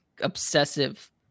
obsessive